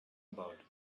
about